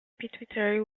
pituitary